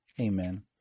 Amen